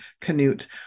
Canute